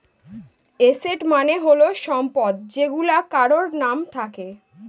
asset মানে হল সম্পদ যেইগুলা কারোর নাম থাকে